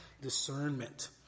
discernment